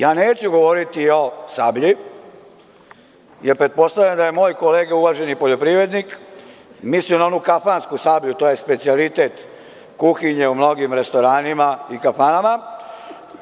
Ja neću govoriti o „Sablji“, jer pretpostavljam da je moj kolega, uvaženi poljoprivrednik, mislio na onu kafansku sablju, to je specijalitet kuhinje u mnogim restoranima i kafanama,